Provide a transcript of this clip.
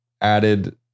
added